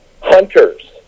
Hunters